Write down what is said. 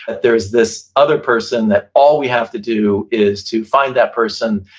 that there's this other person, that all we have to do is to find that person,